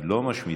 היא לא משמיצה,